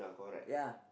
ya